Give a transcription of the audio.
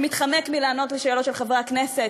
שמתחמק מלענות על שאלות של חברי הכנסת,